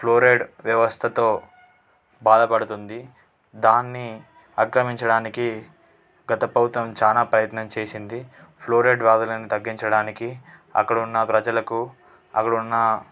fluoride వ్యవస్థతో బాధపడుతుంది దాన్ని అక్రమించడానికి గత ప్రభుత్వం చాలా ప్రయత్నం చేసింది ఫ్లోరైడ్ బాధలను తగ్గించడానికి అక్కడున్న ప్రజలకు అక్కడున్న